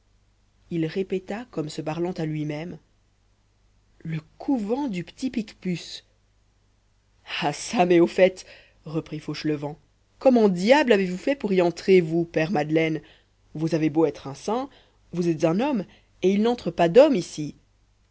il répéta comme se parlant à lui-même le couvent du petit picpus ah çà mais au fait reprit fauchelevent comment diable avez-vous fait pour y entrer vous père madeleine vous avez beau être un saint vous êtes un homme et il n'entre pas d'hommes ici